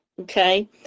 okay